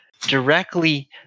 directly